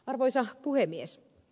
arvoisa puhemies